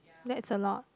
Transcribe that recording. that's a lot